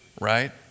right